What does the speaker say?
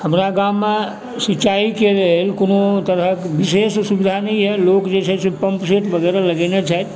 हमरा गाममे सिँचाइके लेल कोनो तरहके विशेष सुविधा नहि अइ लोक जे छै पम्प वगैरह लगेने छथि